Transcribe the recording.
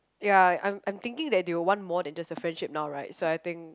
ya I'm I'm thinking that they will want more than just a friendship now right so I think